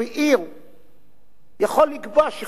יכול לקבוע שחוק של הכנסת בלתי חוקי.